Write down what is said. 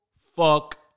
fuck